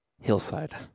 hillside